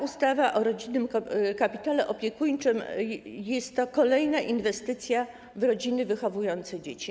Ustawa o rodzinnym kapitale opiekuńczym to kolejna inwestycja w rodziny wychowujące dzieci.